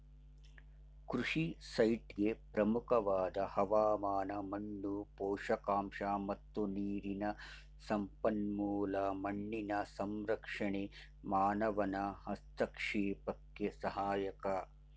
ಕೃಷಿ ಸೈಟ್ಗೆ ಪ್ರಮುಖವಾದ ಹವಾಮಾನ ಮಣ್ಣು ಪೋಷಕಾಂಶ ಮತ್ತು ನೀರಿನ ಸಂಪನ್ಮೂಲ ಮಣ್ಣಿನ ಸಂರಕ್ಷಣೆ ಮಾನವನ ಹಸ್ತಕ್ಷೇಪಕ್ಕೆ ಸಹಾಯಕ